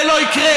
זה לא יקרה.